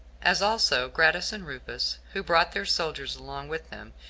as also gratus and rufus, who brought their soldiers along with them,